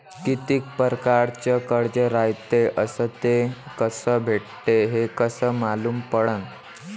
कितीक परकारचं कर्ज रायते अस ते कस भेटते, हे कस मालूम पडनं?